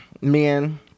Men